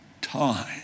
time